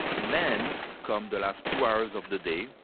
men come the last two hours of the day.